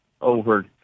over